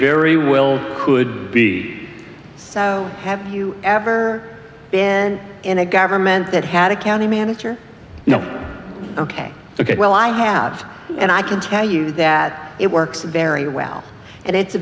very well could be so have you ever been in a government that had a county manager you know ok ok well i have and i can tell you that it works very well and it's a